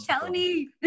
Tony